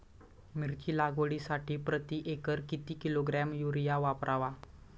मिरची लागवडीसाठी प्रति एकर किती किलोग्रॅम युरिया वापरावा?